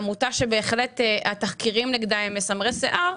עמותה שבהחלט התחקירים נגדה הם מסמרי שיער,